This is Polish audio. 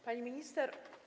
Pani Minister!